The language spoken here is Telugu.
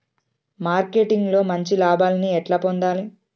మార్కెటింగ్ లో మంచి లాభాల్ని ఎట్లా పొందాలి?